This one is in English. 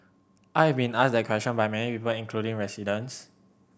I have been asked that question by many people including residents